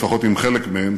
לפחות עם חלק מהן,